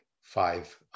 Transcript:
five